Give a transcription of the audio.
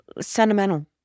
sentimental